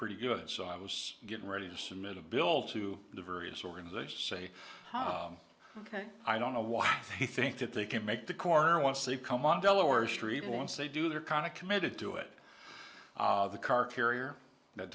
pretty good so i was getting ready to submit a bill to the various organizations say ok i don't know why they think that they can make the corner once they come on delaware street once they do they're kind of committed to it the car carrier that